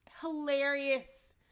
Hilarious